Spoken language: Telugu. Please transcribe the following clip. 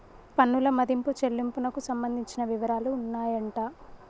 పన్నుల మదింపు చెల్లింపునకు సంబంధించిన వివరాలు ఉన్నాయంట